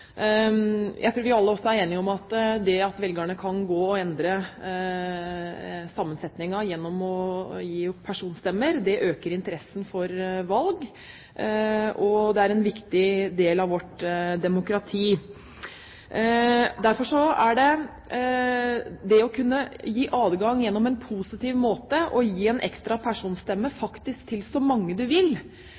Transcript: Jeg tror vi alle også er enige om at det at velgerne kan endre sammensetningen gjennom å gi personstemmer, øker interessen for valg. Det er en viktig del av vårt demokrati. Derfor synes jeg at det å kunne gi en ekstra personstemme til så mange man vil,